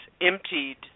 emptied